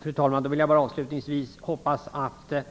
Fru talman! Avslutningsvis hoppas jag att